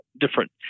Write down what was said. different